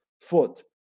foot